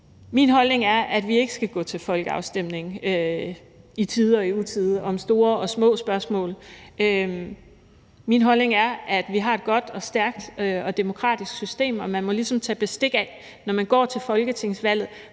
Min holdning er, at vi ikke skal gå til folkeafstemning i tide og i utide om store og små spørgsmål. Min holdning er, at vi har et godt og stærkt og demokratisk system, og at man, når man går til folketingsvalget,